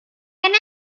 نمی